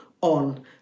on